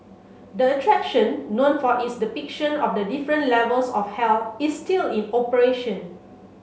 the attraction known for its depiction of the different levels of hell is still in operation